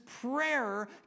prayer